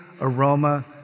aroma